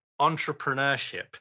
entrepreneurship